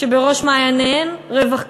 שבראש מעייניהן רווח כלכלי,